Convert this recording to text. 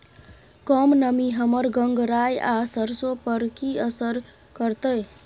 कम नमी हमर गंगराय आ सरसो पर की असर करतै?